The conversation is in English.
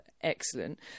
excellent